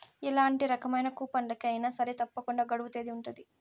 ఎలాంటి రకమైన కూపన్లకి అయినా సరే తప్పకుండా గడువు తేదీ ఉంటది